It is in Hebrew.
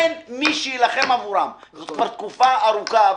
אין מי שילחם עבורם, זה כבר תקופה ארוכה.